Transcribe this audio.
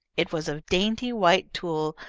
it was of dainty white tulle,